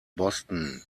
boston